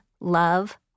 love